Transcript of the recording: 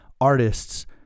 artists